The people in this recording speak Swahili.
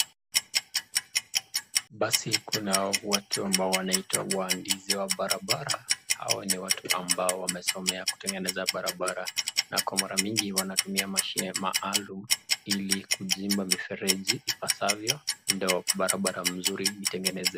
Basi Kuna watu ambao wanaitwa waandisi wa Barabara au ni watu ambao wamesomea kutengeneza Barabara, na kwa mara mingi wanatumia mashine maalum Ile kichimba mifereji ipasavyo ndio Barabara mzuri itengenezwe.